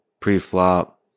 pre-flop